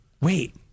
Wait